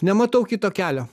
nematau kito kelio